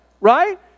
right